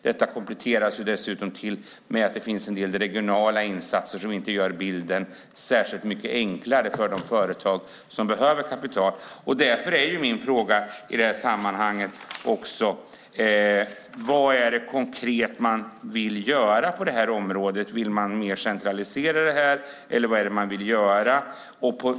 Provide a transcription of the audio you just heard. Detta kompletteras dessutom med att det finns en del regionala insatser som inte gör bilden särskilt mycket enklare för de företag som behöver kapital. Därför är min fråga i sammanhanget: Vad är det konkret man vill göra på området? Vill man centralisera mer, eller vad är det man vill göra?